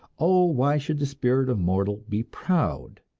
oh, why should the spirit of mortal be proud?